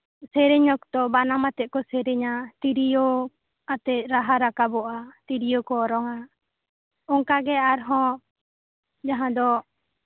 ᱥᱮᱨᱮᱧ ᱚᱠᱛᱚ ᱵᱟᱱᱟᱢ ᱟᱛᱮᱜ ᱠᱚ ᱥᱮᱨᱮᱧᱟ ᱛᱤᱨᱭᱳ ᱟᱛᱮᱜ ᱨᱟᱦᱟ ᱨᱟᱠᱟᱵᱚᱜᱼᱟ ᱛᱤᱨᱭᱳ ᱠᱚ ᱚᱨᱚᱝᱟ ᱚᱱᱠᱟᱜᱮ ᱟᱨᱦᱚᱸ ᱡᱟᱦᱟᱸ ᱫᱚ